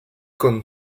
con